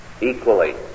equally